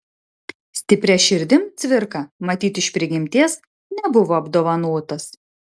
stipria širdim cvirka matyt iš prigimties nebuvo apdovanotas